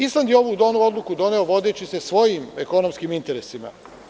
Island je ovu odluku doneo vodeći se svojim ekonomskim interesima.